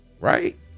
Right